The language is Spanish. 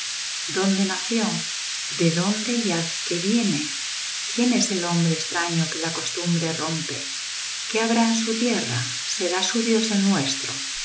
dónde nació de dónde y á qué viene quién es el hombre extraño que la costumbre rompe qué habrá en su tierra será su dios el nuestro